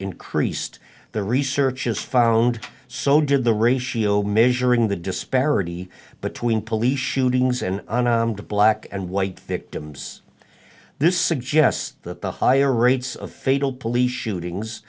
increased the research is found so did the ratio measuring the disparity between police shootings and unarmed black and white victims this suggests that the higher rates of fatal police shootings